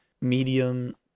medium